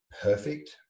perfect